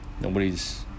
Nobody's